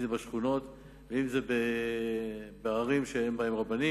אם זה בשכונות ואם זה בערים שאין בהן רבנים.